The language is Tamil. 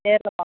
நேரில் பார்க்க